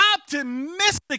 optimistic